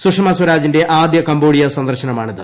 സുഷമസ്വരാജിന്റെ ആദ്യ കംബോഡിയ സന്ദർശനമാണിത്